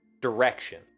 direction